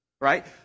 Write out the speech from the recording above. right